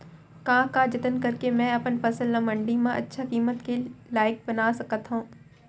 का का जतन करके मैं अपन फसल ला मण्डी मा अच्छा किम्मत के लाइक बना सकत हव?